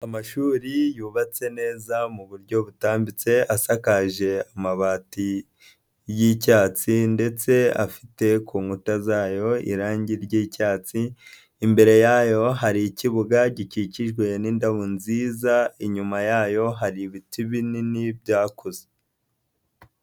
Amashuri yubatse neza mu buryo butambitse asakaje amabati y'icyatsi ndetse afite ku nkuta zayo irangi ry'icyatsi, imbere yayo hari ikibuga gikikijwe n'indabo nziza, inyuma yayo hari ibiti binini byakuze.